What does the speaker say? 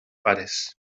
pares